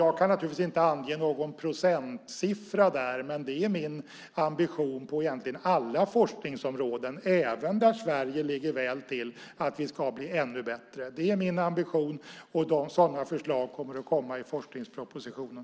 Jag kan naturligtvis inte ange någon procentsiffra, men det är min ambition på alla forskningsområden - även sådana där Sverige ligger bra till - att vi ska bli ännu bättre. Detta är min ambition, och förslag kommer i forskningspropositionen.